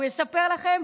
הוא יספר לכם,